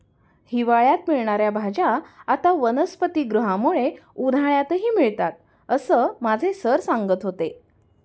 हिवाळ्यात मिळणार्या भाज्या आता वनस्पतिगृहामुळे उन्हाळ्यातही मिळतात असं माझे सर सांगत होते